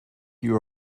you